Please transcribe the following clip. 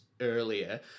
earlier